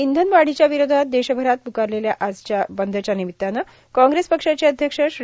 इंधनवाढीच्या विरोधात देशभरात पुकारलेल्या आजच्या बंदच्या निमित्तानं काँग्रेस पक्षाचे अध्यक्ष श्री